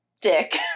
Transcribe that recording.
dick